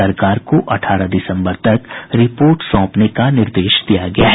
सरकार को अठारह दिसंबर तक रिपोर्ट सौंपने का निर्देश दिया गया है